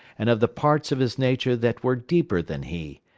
and of the parts of his nature that were deeper than he,